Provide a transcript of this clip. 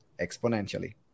exponentially